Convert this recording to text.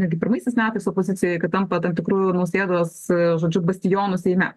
netgi pirmaisiais metais opozicijoj kad tampa tam tikru nausėdos žodžiu bastionu seime